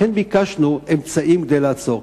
לכן ביקשנו אמצעים כדי לעצור.